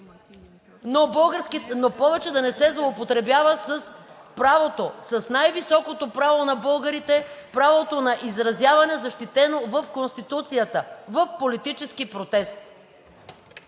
но повече да не се злоупотребява с правото, с най-високото право на българите – правото на изразяване, защитено в Конституцията, в политически протест.